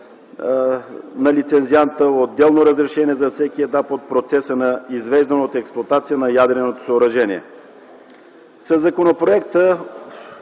на лицензианта отделно разрешение за всеки етап от процеса на извеждане от експлоатация на ядреното съоръжение. Със законопроекта